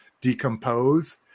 Decompose